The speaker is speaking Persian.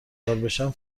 داربشم